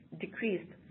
decreased